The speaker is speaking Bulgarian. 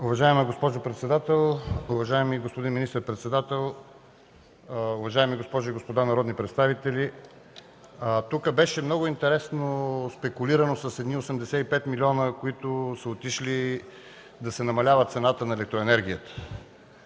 Уважаема госпожо председател, уважаеми господин министър-председател, уважаеми госпожи и господа народни представители! Тук беше много интересно спекулирано с едни 85 милиона, които са отишли да се намалява цената на електроенергията.